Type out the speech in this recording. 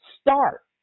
Start